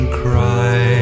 cry